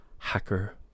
Hacker